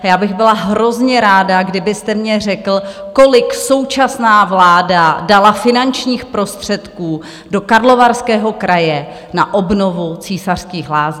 Já bych byla hrozně ráda, kdybyste mně řekl, kolik současná vláda dala finančních prostředků do Karlovarského kraje na obnovu Císařských lázní.